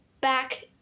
back